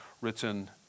written